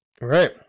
Right